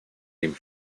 dem